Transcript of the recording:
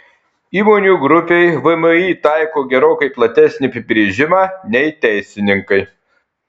įmonių grupei vmi taiko gerokai platesnį apibrėžimą nei teisininkai